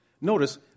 Notice